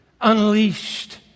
unleashed